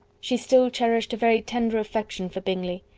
she still cherished a very tender affection for bingley.